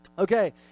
Okay